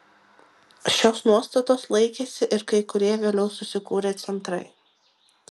šios nuostatos laikėsi ir kai kurie vėliau susikūrę centrai